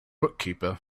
bookkeeper